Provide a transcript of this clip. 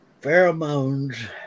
pheromones